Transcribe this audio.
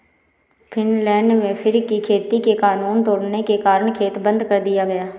Finland में फर की खेती के कानून तोड़ने के कारण खेत बंद कर दिया गया